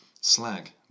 Slag